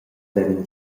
vevan